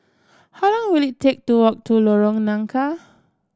how long will it take to walk to Lorong Nangka